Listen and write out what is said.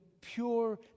pure